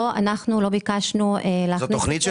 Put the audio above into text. אלה שביקשנו להכניס -- זאת תכנית של